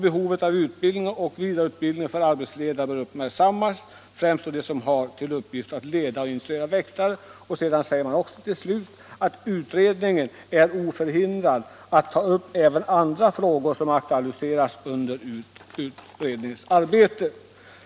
Behovet av utbildning och vidareutbildning för arbetsledare bör uppmärksammas, främst då de som har till uppgift att leda och instruera väktare. Utredningen är oförhindrad att ta upp även andra frågor som aktualiseras under utredningsarbetet.